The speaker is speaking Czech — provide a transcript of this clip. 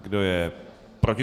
Kdo je proti?